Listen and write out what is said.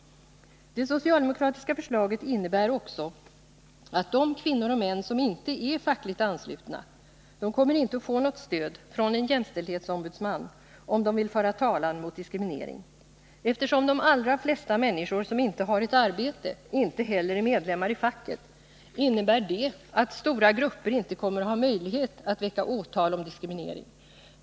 Det socialdemokratiska förslaget innebär också att de kvinnor och män som inte är fackligt anslutna inte kommer att få något stöd från en jämställdhetsombudsman om de vill föra talan mot diskriminering. Eftersom de allra flesta människor som inte har ett arbete inte helle medlemmar i facket, innebär det att stora grupper inte kommer att ha möjlighet att väcka åtal om diskriminering.